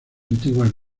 antiguas